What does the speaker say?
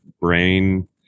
brain